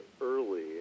early